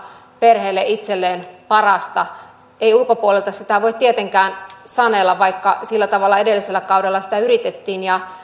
perheelle itselleen parasta ei ulkopuolelta sitä voi tietenkään sanella vaikka sillä tavalla edellisellä kaudella sitä yritettiin ja